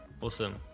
Awesome